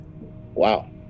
Wow